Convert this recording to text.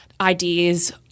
ideas